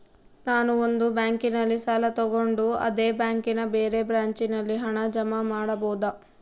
ನಾನು ಒಂದು ಬ್ಯಾಂಕಿನಲ್ಲಿ ಸಾಲ ತಗೊಂಡು ಅದೇ ಬ್ಯಾಂಕಿನ ಬೇರೆ ಬ್ರಾಂಚಿನಲ್ಲಿ ಹಣ ಜಮಾ ಮಾಡಬೋದ?